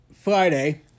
Friday